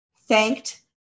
thanked